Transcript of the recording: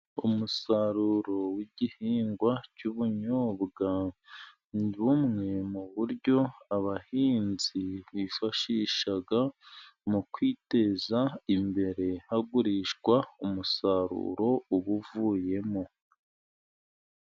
Umusaruro w'igihingwa cy'ubunyobwa, nibumwe mu buryo, abahinzi bifashisha, mu kwiteza imbere, hagurishwa umusaruro uba uvuyemo.